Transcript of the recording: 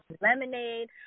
lemonade